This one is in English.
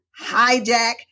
hijack